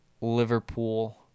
Liverpool